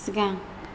सिगां